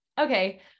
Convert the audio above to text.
okay